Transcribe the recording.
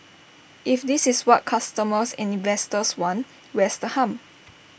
if this is what customers and investors want where's the harm